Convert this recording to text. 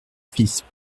fismes